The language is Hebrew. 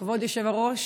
כבוד היושב-ראש,